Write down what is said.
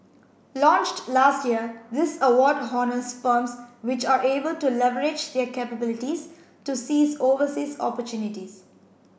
launched last year this award honours firms which are able to leverage their capabilities to seize overseas opportunities